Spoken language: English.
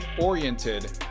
oriented